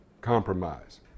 compromise